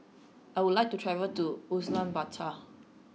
I would like to travel to Ulaanbaatar